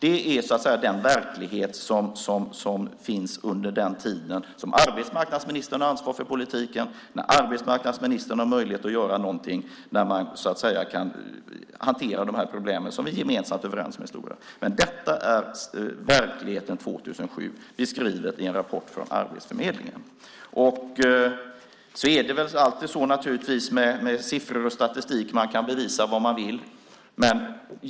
Det är den verklighet som finns under den tid som arbetsmarknadsministern har ansvar för politiken och när arbetsmarknadsministern har möjlighet att göra något och hantera dessa problem som vi gemensamt är överens om är stora. Detta var verkligheten 2007 beskrivet i en rapport från Arbetsförmedlingen. Med siffror och statistik kan man alltid bevisa vad man vill.